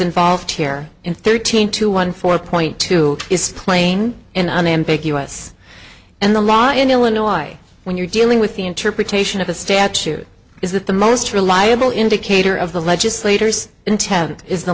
involved here in thirteen to one four point two is playing in unambiguous and the law in illinois when you're dealing with the interpretation of a statute is that the most reliable indicator of the legislators intent is the